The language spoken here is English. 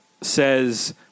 says